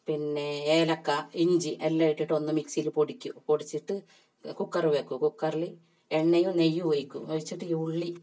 പിന്നെ ഏലക്ക ഇഞ്ചി എല്ലാം ഇട്ടിട്ട് ഒന്ന് മിക്സിയിൽ പൊടിക്കും പൊടിച്ചിട്ട് കുക്കറ് വയ്ക്കും കുക്കറിൽ എണ്ണയും നെയ്യും ഒഴിക്കും ഒഴിച്ചിട്ട് ഈ ഉള്ളി